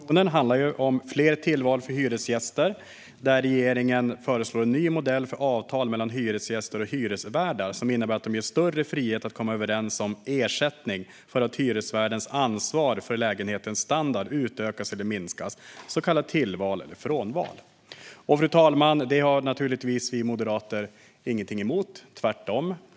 Fru talman! Denna proposition handlar om fler tillval för hyresgäster. Regeringen föreslår en ny modell för avtal mellan hyresgäster och hyresvärdar, som innebär att det ges större frihet för dem att komma överens om ersättning för att hyresvärdens ansvar för lägenhetens standard utökas eller minskas, så kallade tillval eller frånval. Fru talman! Det har vi moderater naturligtvis ingenting emot - tvärtom.